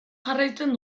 jarraitzen